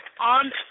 on